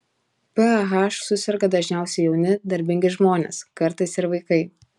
pah suserga dažniausiai jauni darbingi žmonės kartais ir vaikai